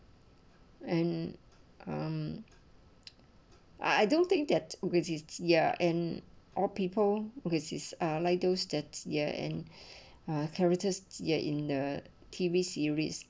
and um I don't think that resists ya and all people oases are like those that year and a characters ya in the T_V series